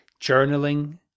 journaling